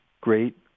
great